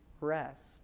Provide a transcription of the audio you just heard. rest